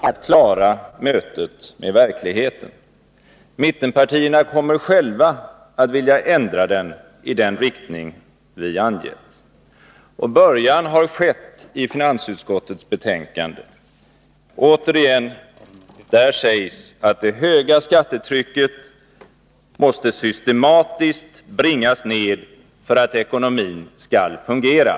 Herr talman! Vi moderater behöver inte, Ola Ullsten, kräva att skatteomläggningen rivs upp. Den kommer nämligen inte att klara mötet med verkligheten. Mittenpartierna kommer själva att vilja ändra den i den riktning som vi anger. Början har skett i finansutskottets betänkande. Jag vill återigen peka på att det där framhålls att det höga skattetrycket systematiskt måste sänkas för att ekonomin skall fungera.